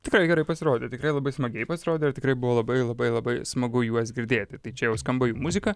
tikrai gerai pasirodė tikrai labai smagiai pasirodė tikrai buvo labai labai labai smagu juos girdėti tai čia jau skamba jų muzika